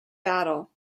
battle